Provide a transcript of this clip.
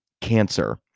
cancer